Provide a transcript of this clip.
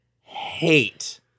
hate